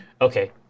Okay